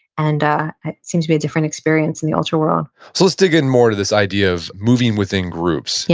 and ah it seems to be a different experience in the ultra world let's dig in more to this idea of moving within groups, yeah